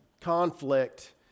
conflict